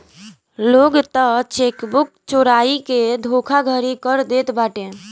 लोग तअ चेकबुक चोराई के धोखाधड़ी कर देत बाटे